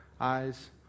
eyes